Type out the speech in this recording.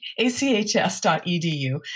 achs.edu